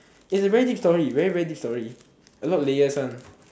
it's a very deep story very very deep story a lot of layers one